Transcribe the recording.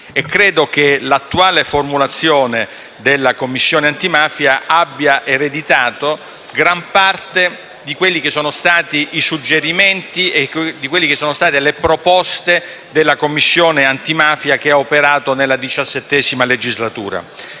credo che l'attuale formulazione della Commissione antimafia abbia ereditato gran parte dei suggerimenti e delle proposte della Commissione antimafia che ha operato nella XVII legislatura.